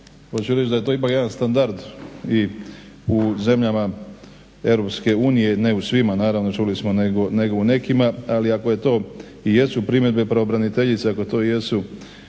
Hoću reći da je to ipak jedan standard i u zemljama Europske unije, ne u svima naravno čuli smo, nego u nekima, ali ako to i jesu primjedbe pravobraniteljice, ako to jesu